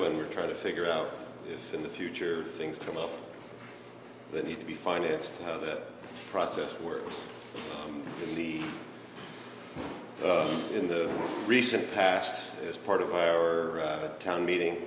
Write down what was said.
when you're trying to figure out if in the future things come up that need to be financed how that process works in the in the recent past as part of our town meeting